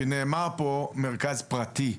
כי נאמר פה מרכז פרטי.